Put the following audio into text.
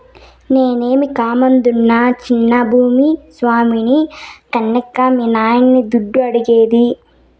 నేనేమీ కామందునా చిన్న భూ స్వామిని కన్కే మీ నాయన్ని దుడ్డు అడిగేది